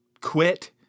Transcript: quit